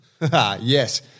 yes